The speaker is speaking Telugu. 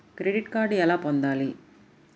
క్రెడిట్ కార్డు ఎలా పొందాలి?